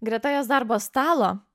greta jos darbo stalo